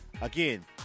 again